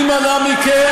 מי זה מכם?